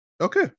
Okay